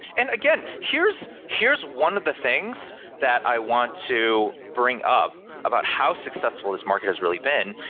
and again, here's here's one of the things that i want to bring up about how successful this market has really been,